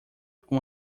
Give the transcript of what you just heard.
com